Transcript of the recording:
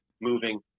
moving